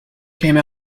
came